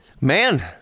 man